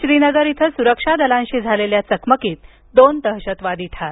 श्रीनगर इथं सुरक्षा दलांशी झालेल्या चकमकीत दोन दहशतवादी ठार